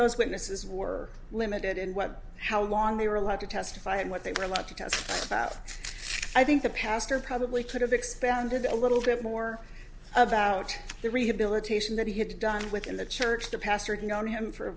those witnesses were limited in what how long they were allowed to testify and what they were allowed to talk about i think the pastor probably could have expanded a little bit more about the rehabilitation that he had done within the church the past working on him for a